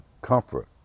comfort